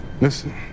Listen